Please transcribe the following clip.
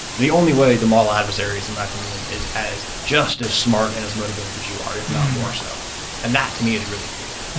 the only way to model adversaries in my opinion is as just as smart and as motivated as you are, if not more. so and that, to me, is really cool.